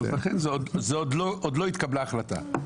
לכן עוד לא התקבלה החלטה.